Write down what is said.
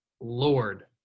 Lord